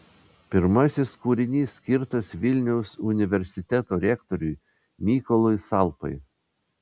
pirmasis kūrinys skirtas vilniaus universiteto rektoriui mykolui salpai